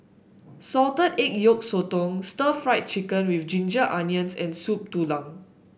Salted Egg Yolk Sotong Stir Fried Chicken with Ginger Onions and Soup Tulang